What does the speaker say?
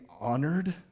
honored